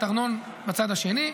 את ארנון בצד השני,